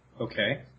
Okay